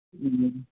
ᱦᱮᱸ